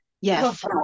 yes